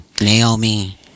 Naomi